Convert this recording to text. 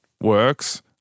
works